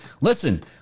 Listen